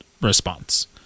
response